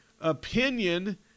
opinion